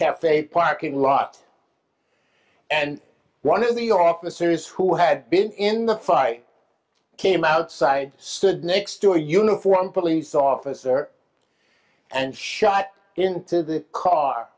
cafe parking lot and one of the officers who had been in the fight came outside stood next to a uniformed police officer and shot into the car